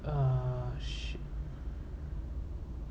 ah shit